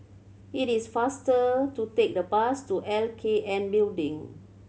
it is faster to take the bus to L K N Building